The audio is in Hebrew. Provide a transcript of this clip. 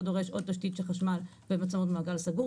דורש עוד תשתית של חשמל ומצלמות במעגל סגור.